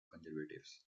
conservatives